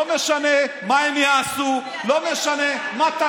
לא משנה מה הם יעשו,